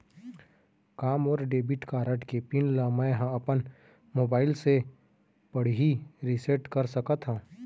का मोर debit card के पिन ल मैं ह अपन मोबाइल से पड़ही रिसेट कर सकत हो?